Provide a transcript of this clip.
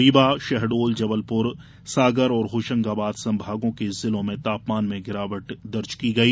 रीवा शहडोल जबलपुर सागर और होशंगाबाद संभागों के जिलों में तापमान में गिरावट दर्ज की गई